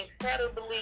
incredibly